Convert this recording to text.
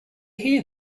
hear